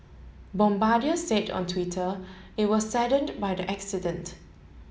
bombardier said on Twitter it was saddened by the accident